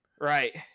right